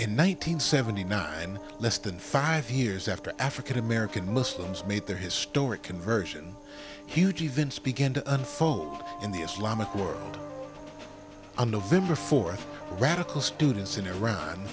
hundred nine less than five years after african american muslims made their historic conversion huge events began to unfold in the islamic world on november fourth radical students in iran